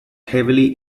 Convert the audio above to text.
heavily